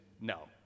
no